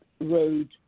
road